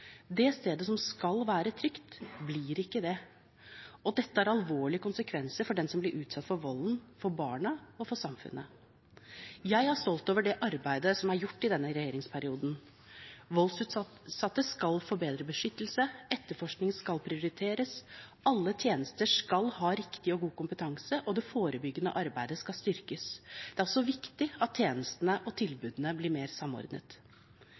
Det stedet som skal være trygt, blir ikke det. Dette har alvorlige konsekvenser for den som blir utsatt for volden, for barna og for samfunnet. Jeg er stolt av det arbeidet som er gjort i denne regjeringsperioden. Voldsutsatte skal få bedre beskyttelse, etterforskning skal prioriteres, alle tjenester skal ha riktig og god kompetanse, og det forebyggende arbeidet skal styrkes. Det er også viktig at tjenestene og tilbudene blir mer samordnet.